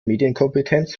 medienkompetenz